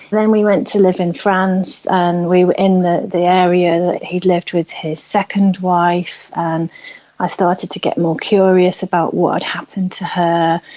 then we went to live in france and we were in the the area that he lived with his second wife. and i started to get more curious about what had happened to her.